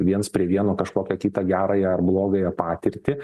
viens prie vieno kažkokią kitą gerąją ar blogąją patirtį